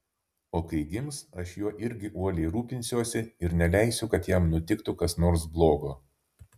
o kai gims aš juo irgi uoliai rūpinsiuosi ir neleisiu kad jam nutiktų kas nors blogo